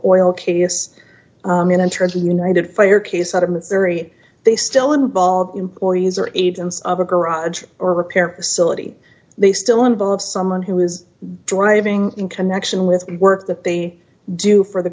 oil case in interview united fire case out of missouri they still involve employees or agents of a garage or a repair facility they still involve someone who is driving in connection with the work that they do for the